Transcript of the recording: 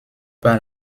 par